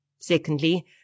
Secondly